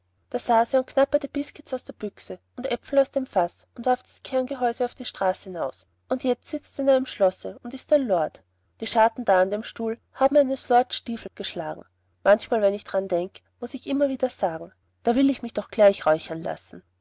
knabberte biskuits aus der büchse und aepfel aus dem faß und warf das kerngehäus auf die straße naus und jetzt sitzt er in einem schlosse und ist ein lord die scharten da an dem stuhl haben eines lords stiefel geschlagen manchmal wenn ich daran denk muß ich immer wieder sagen da will ich mich doch gleich räuchern lassen